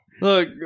Look